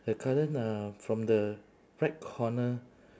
a garden uh from the right corner